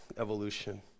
evolution